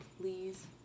please